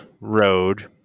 road